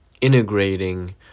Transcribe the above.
integrating